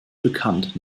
bekannt